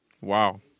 Wow